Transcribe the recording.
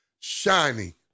shining